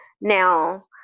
now